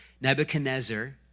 Nebuchadnezzar